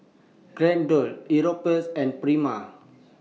Geraldton Europace and Prima